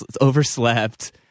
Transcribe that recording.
overslept